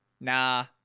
nah